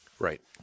Right